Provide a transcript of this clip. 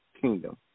Kingdom